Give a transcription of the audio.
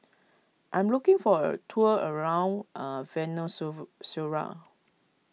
I am looking for a tour around a Venezue Zuela